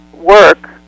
work